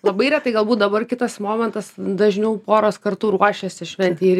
labai retai galbūt dabar kitas momentas dažniau poros kartu ruošiasi šventei ir